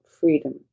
freedom